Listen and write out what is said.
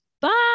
Bye